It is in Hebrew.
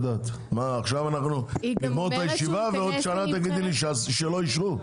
עכשיו אנחנו נגמור את הישיבה ועוד שנה תגידי לי שלא אישרו?